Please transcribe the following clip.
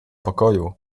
pokoju